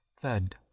Third